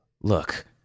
Look